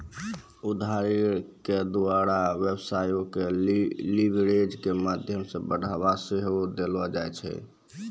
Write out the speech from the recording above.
उधारी के द्वारा व्यवसायो के लीवरेज के माध्यमो से बढ़ाबा सेहो देलो जाय छै